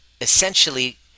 essentially